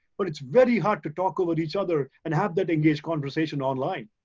but it's very hard to talk over each other, and have that engaged conversation online.